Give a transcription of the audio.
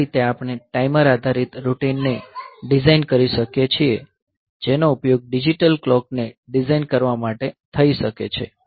આ રીતે આપણે ટાઈમર આધારિત રૂટિન ને ડિઝાઇન કરી શકીએ છીએ જેનો ઉપયોગ ડિજિટલ કલોક ને ડિઝાઇન કરવા માટે થઈ શકે છે